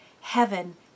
heaven